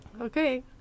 okay